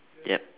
yup